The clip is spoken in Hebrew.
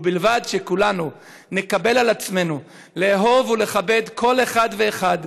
ובלבד שכולנו נקבל על עצמנו לאהוב ולכבד כל אחד ואחד,